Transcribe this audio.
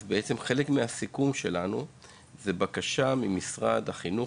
אז בעצם חלק מהסיכום שלנו היה בקשה ממשרד החינוך,